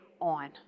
on